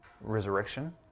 Resurrection